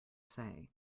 say